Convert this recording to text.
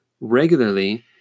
regularly